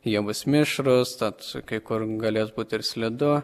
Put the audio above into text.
jie bus mišrūs tad kai kur galės būti ir slidu